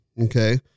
Okay